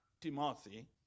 Timothy